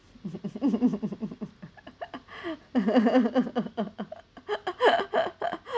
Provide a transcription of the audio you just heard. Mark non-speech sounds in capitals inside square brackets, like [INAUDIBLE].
[LAUGHS]